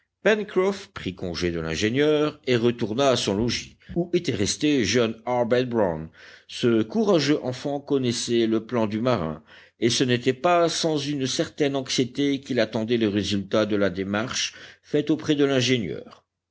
prit congé de l'ingénieur et retourna à son logis où était resté jeune harbert brown ce courageux enfant connaissait le plan du marin et ce n'était pas sans une certaine anxiété qu'il attendait le résultat de la démarche faite auprès de l'ingénieur